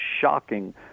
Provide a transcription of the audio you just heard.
shocking